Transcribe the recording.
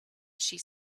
she